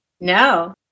No